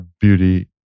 beauty